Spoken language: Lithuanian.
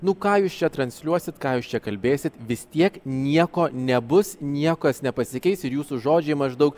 nu ką jūs čia transliuosit ką jūs čia kalbėsit vis tiek nieko nebus niekas nepasikeis ir jūsų žodžiai maždaug